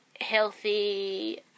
healthy